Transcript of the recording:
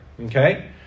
okay